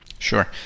Sure